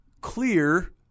Clear